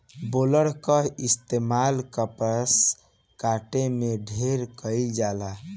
baler कअ इस्तेमाल कपास काटे में ढेर कइल जाला